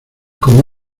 como